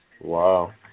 Wow